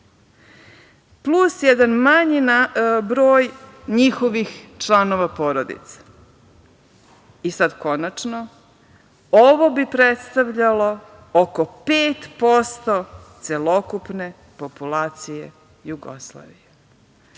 plus jedan manji broj njihovih članova porodice i sad konačno ovo bi predstavljalo oko 5% celokupne populacije Jugoslavije,